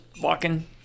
walking